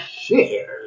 share